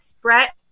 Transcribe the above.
Brett